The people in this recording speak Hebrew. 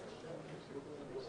הוועדה?